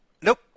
Nope